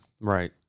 Right